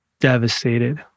devastated